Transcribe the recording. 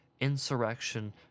insurrection